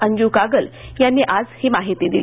अंजू कागल यांनी आज ही माहिती दिली